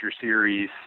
Series